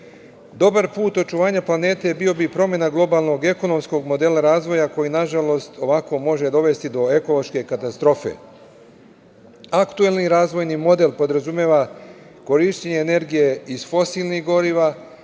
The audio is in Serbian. put očuvanja planete bio bi promena globalnog ekonomskog modela razvoja koji, nažalost, ovako može dovesti do ekološke katastrofe. Aktuelni razvojni model podrazumeva korišćenje energije iz fosilnih goriva,